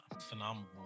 phenomenal